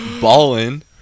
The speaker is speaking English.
Ballin